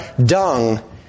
dung